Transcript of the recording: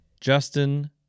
Justin